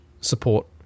support